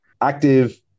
Active